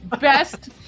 Best